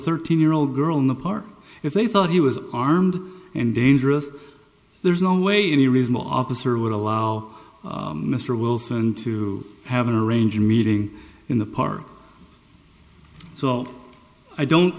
thirteen year old girl in the park if they thought he was armed and dangerous there's no way any reasonable officer would allow mr wilson to have an arranging meeting in the park so i don't